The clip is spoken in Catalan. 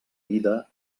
vida